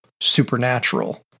supernatural